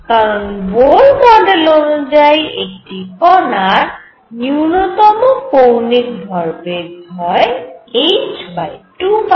কারণ Bohr model অনুযায়ী একটি কণার ন্যূনতম কৌণিক ভরবেগ হয় h2π